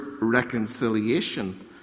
reconciliation